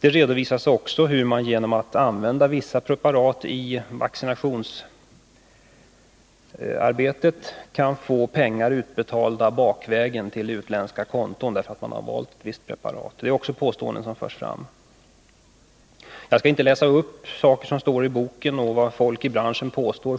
Det redovisas också hur läkare genom att för vaccinationsarbetet välja vissa preparat kan få pengar utbetalda bakvägen till utländska konton — det är alltså också påståenden som har förts fram. Jag skall inte här läsa ur boken om vad folk inom branschen påstår.